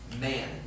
man